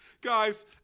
Guys